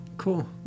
Cool